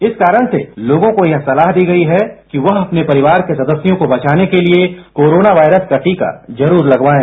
इस कारण से लोगों को ये सलाह दी गई है कि वह अपने परिवार के सदस्यों को बचाने के लिए कोरोना वॉयरस का टीका जरूर लगवायें